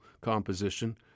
composition